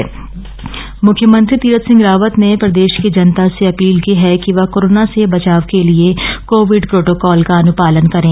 मुख्यमंत्री अपील मुख्यमंत्री तीरथ सिंह रावत ने प्रदेश की जनता से अपील की है कि वह कोरोना से बचाव के लिए कोविड प्रटोकाल का अनुपालन करें